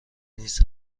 نیست